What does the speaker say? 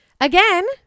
again